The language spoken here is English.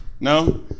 No